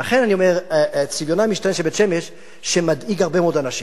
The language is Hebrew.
לכן אני אומר שצביונה המשתנה של בית-שמש מדאיג הרבה מאוד אנשים,